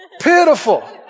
Pitiful